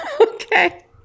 Okay